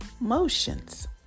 Motions